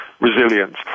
resilience